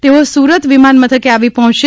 તેઓ સુરત વિમાન મથકે આવી પહોંચશે